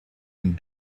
and